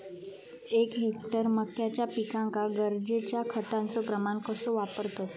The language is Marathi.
एक हेक्टर मक्याच्या पिकांका गरजेच्या खतांचो प्रमाण कसो वापरतत?